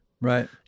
right